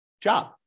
job